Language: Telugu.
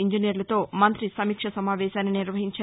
ఇంజినీర్ల తో మంత్రి సమీక్ష సమావేశాన్ని నిర్వహించారు